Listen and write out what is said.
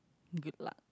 good luck